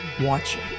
watching